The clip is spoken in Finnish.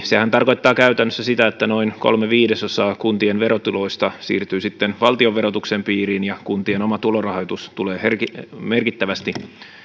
sehän tarkoittaa käytännössä sitä että noin kolme viidesosaa kuntien verotuloista siirtyy valtionverotuksen piiriin ja kuntien oma tulorahoitus tulee merkittävästi